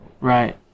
Right